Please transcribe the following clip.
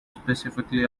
specifically